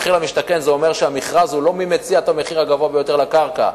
מחיר למשתכן זה אומר שהמכרז הוא לא מי מציע את המחיר הגבוה ביותר לקרקע,